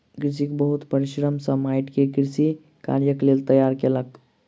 कृषक बहुत परिश्रम सॅ माइट के कृषि कार्यक लेल तैयार केलक